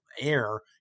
air